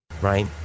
right